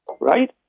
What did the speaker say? right